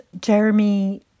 Jeremy